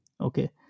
okay